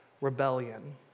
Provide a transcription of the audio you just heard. rebellion